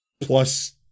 Plus